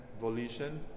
volition